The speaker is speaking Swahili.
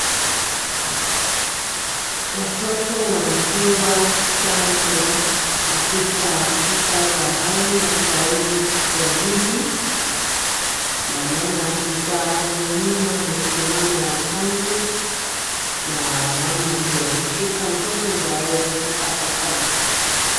Watoto wanapewa chanjo katika rufaa za au halmashauri ya jiji na naona afisa hapo nyuma amesimama wa kaunti na mama amemshika mtoto ndio aweze kupata chanjo.